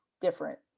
different